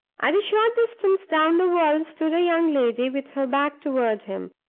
at a short distance down the wall stood a young lady, with her back toward him,